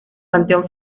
panteón